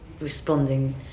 responding